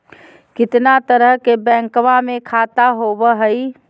कितना तरह के बैंकवा में खाता होव हई?